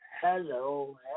Hello